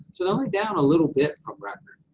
but only down a little bit from record.